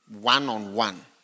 One-on-one